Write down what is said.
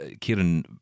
Kieran